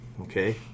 Okay